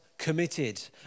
committed